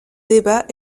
débat